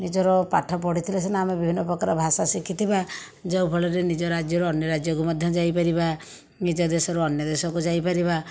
ନିଜର ପାଠ ପଢ଼ିଥିଲେ ସିନା ଆମେ ବିଭିନ୍ନ ପ୍ରକାର ଭାଷା ଶିଖିଥିବା ଯେଉଁ ଭଳିରେ ନିଜ ରାଜ୍ୟରୁ ଅନ୍ୟ ରାଜ୍ୟକୁ ମଧ୍ୟ ଯାଇପାରିବା ନିଜ ଦେଶରୁ ଅନ୍ୟ ଦେଶକୁ ଯାଇପାରିବା